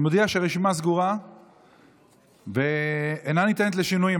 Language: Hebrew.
אני מודיע שהרשימה סגורה ואינה ניתנת לשינויים.